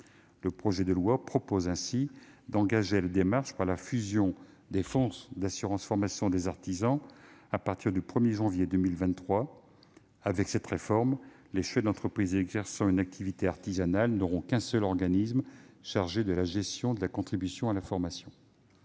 projet de loi engage cette démarche, en procédant à la fusion des fonds d'assurance formation des artisans à partir du 1 janvier 2023. Avec cette réforme, les chefs d'entreprise exerçant une activité artisanale n'auront affaire qu'à un seul organisme chargé de la gestion de la contribution à la formation.